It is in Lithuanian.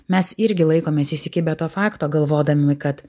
mes irgi laikomės įsikibę to fakto galvodami kad